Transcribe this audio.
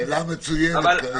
שאלה מצוינת, קארין.